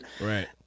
Right